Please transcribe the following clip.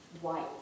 white